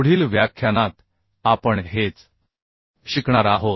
पुढील व्याख्यानात आपण हेच शिकणार आहोत